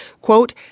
quote